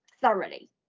thoroughly